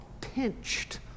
pinched